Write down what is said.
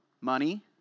money